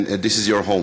and this is your home.